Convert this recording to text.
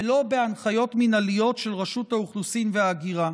ולא בהנחיות מינהליות של רשות האוכלוסין וההגירה.